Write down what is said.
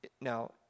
Now